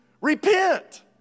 Repent